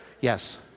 Yes